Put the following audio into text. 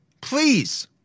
Please